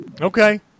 Okay